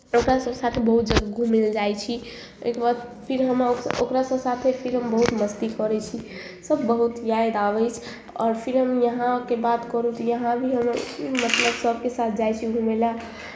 ओकरा सभ साथे बहुत जगह घूमय लए जाइ छी ओहिके बाद फेर हम ओकरा सभ साथे फेर हम बहुत मस्ती करै छी सभ बहुत याद आबै अछि आओर फेर हम यहाँके बात करू तऽ यहाँ भी हम मतलब सभके साथ जाइ छी घूमय लए